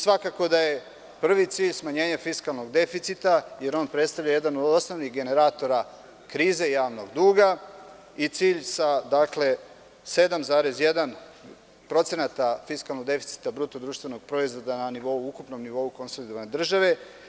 Svakako da je prvi cilj smanjenje fiskalnog deficita jer on predstavlja jedan od osnovnih generatora krize javnog duga i cilj sa 7,1% fiskalnog deficita BDP na ukupnom nivou konsolidovane države.